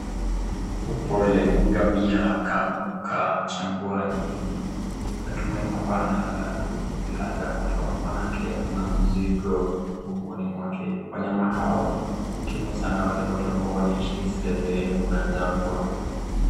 Pole ngamia kaanguka jangwani, natumai kwamba analala tu ila hajakufa maanake ako na mzigo mgongoni mwake. Wanyama hao hukimu sana wale watu wanaishi zile sehemu za jangwa.